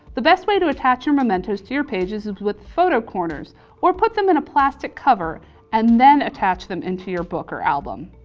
the best way to attach your momentous to your pages is with photo corners or put them in a plastic cover and then attach them into your book or album.